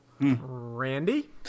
Randy